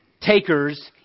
takers